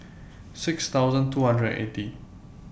six thousand two hundred and eighty